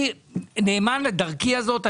אני נאמן לדרכי הזאת.